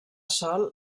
sol